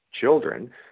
children